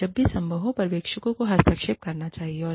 और जब भी संभव हो पर्यवेक्षकों को हस्तक्षेप करना चाहिए